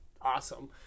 Awesome